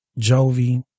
Jovi